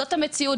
זאת המציאות.